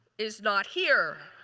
is not here,